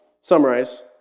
summarize